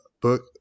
book